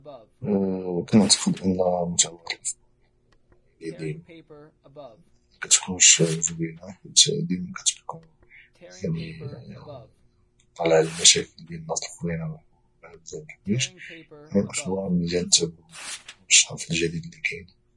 كنعتاقد ان متابعة الاخبار ماشي ديما زوينة حيت ديما كتبقا مطالع على المشاكل ديال الناس على الحروب على بزاف ديال الحوايج يعني الاخبار نتابعهم مرة مرة باش تعرف الجديد اللي كاين